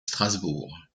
strasbourg